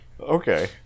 okay